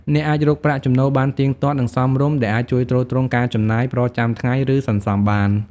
អ្នកអាចរកប្រាក់ចំណូលបានទៀងទាត់ និងសមរម្យ ដែលអាចជួយទ្រទ្រង់ការចំណាយប្រចាំថ្ងៃ ឬសន្សំបាន។